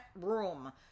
room